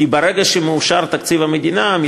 כי ברגע שתקציב המדינה מאושר,